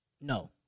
no